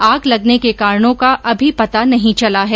आग लगने के कारणों का अभी पता नहीं चला है